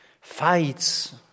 fights